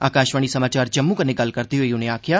आकाशवाणी समाचार जम्मू कन्नै गल्ल करदे होई उनें आखेआ